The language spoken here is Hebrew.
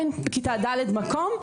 אין בכיתה ד' מקום,